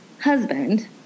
husband